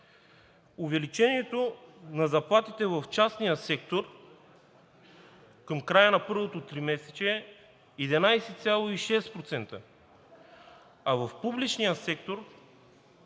Увеличението на заплатите в частния сектор към края на първото тримесечие е 11,6%, а в публичния сектор